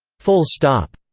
full stop.